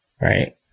right